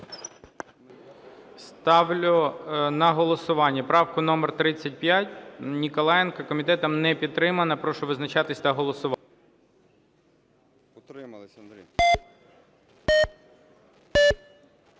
Ставлю на голосування правку номер 35 Ніколаєнка. Комітетом не підтримана. Прошу визначатись та голосувати. 11:11:35 За-110